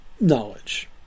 Knowledge